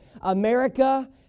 America